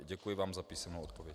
Děkuji vám za písemnou odpověď.